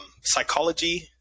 Psychology